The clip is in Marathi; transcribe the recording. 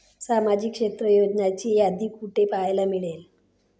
सामाजिक क्षेत्र योजनांची यादी कुठे पाहायला मिळेल?